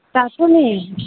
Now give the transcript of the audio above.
दासो नै